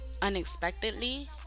unexpectedly